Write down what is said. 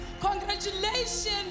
Congratulations